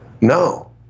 No